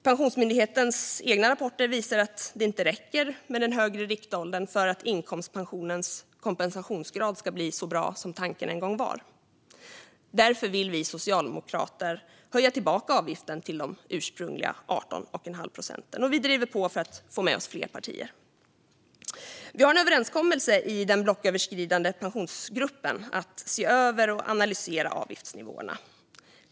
Pensionsmyndighetens egna rapporter visar att det inte räcker med den högre riktåldern för att inkomstpensionens kompensationsgrad ska bli så bra som tanken en gång var. Därför vill vi socialdemokrater höja tillbaka avgiften till de ursprungliga 18 1⁄2 procenten, och vi driver på för att få med oss fler partier. Vi har en överenskommelse i den blocköverskridande pensionsgruppen om att se över och analysera avgiftsnivåerna.